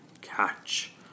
catch